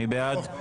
מי בעד?